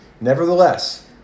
Nevertheless